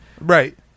Right